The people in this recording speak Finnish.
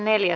asia